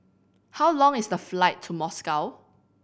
how long is the flight to Moscow